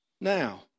now